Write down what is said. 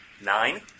Nine